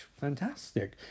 fantastic